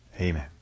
Amen